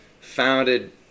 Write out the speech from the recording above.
founded